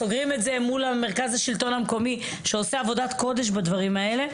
סוגרים את זה מול מרכז השלטון המקומי שעושה עבודת קודש בדברים האלה.